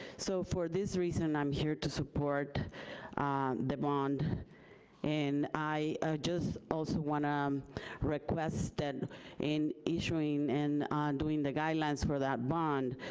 so for this reason, i'm here to support the bond and i just also want to um request that in issuing and doing the guidelines for that bond,